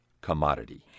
commodity